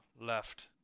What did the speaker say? left